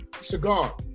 cigar